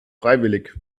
freiwillig